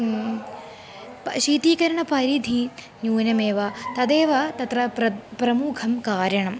शीतकरणपरिमितिः न्यूनमेव तदेव तत्र प्रप्रमूखं कारणम्